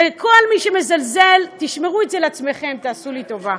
וכל מי שמזלזל, תשמרו את זה לעצמכם, תעשו לי טובה.